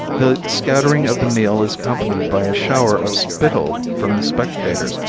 the scattering of the meal is accompanied by a shower of spittle from the spectators,